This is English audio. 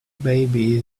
baby